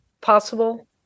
possible